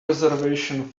reservation